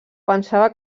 pensava